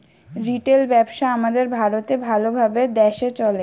retail ব্যবসা আমাদের ভারতে ভাল ভাবে দ্যাশে চলে